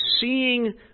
seeing